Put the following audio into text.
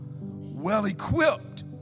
well-equipped